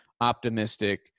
optimistic